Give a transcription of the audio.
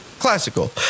classical